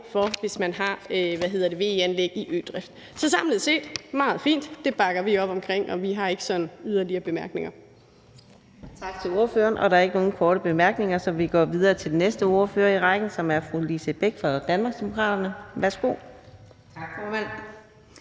gælder, hvis man har VE-anlæg i ødrift. Så samlet set er det meget fint. Det bakker vi op omkring, og vi har ikke yderligere bemærkninger.